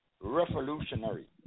revolutionary